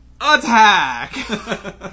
attack